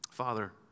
Father